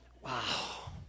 Wow